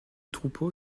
troupeau